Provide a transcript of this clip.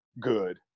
good